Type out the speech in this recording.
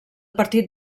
partit